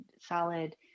solid